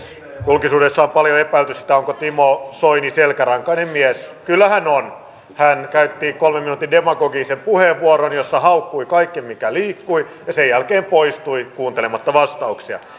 julkisuudessa on paljon epäilty sitä onko timo soini selkärankainen mies kyllä hän on hän käytti kolmen minuutin demagogisen puheenvuoron jossa haukkui kaiken mikä liikkui ja sen jälkeen poistui kuuntelematta vastauksia